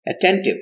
attentive